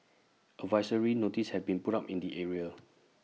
advisory notices have been put up in the area